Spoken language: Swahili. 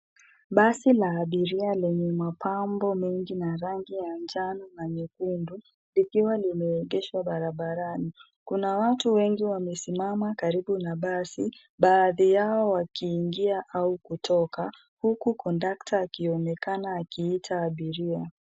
Basi la abiria lenye mapambo mengi na rangi ya njano na nyekundu likiwa limeegeshwa barabarani. Kuna watu wengi wamesimama karibu na basi baadhi yao wakiingia au kutoka huku kondakta akionekana akiita abiria.